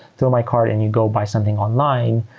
throw my card and you go buy something online,